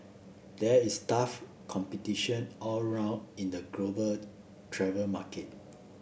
there is tough competition all round in the global travel market